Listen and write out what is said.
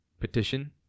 petition